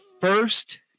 first